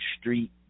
street